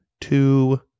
two